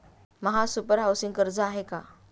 महासुपर हाउसिंग कर्ज आहे का?